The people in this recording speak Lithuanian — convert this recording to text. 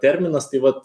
terminas tai vat